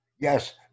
Yes